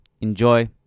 enjoy